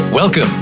Welcome